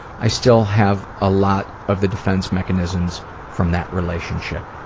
i still have a lot of the defense mechanisms from that relationship.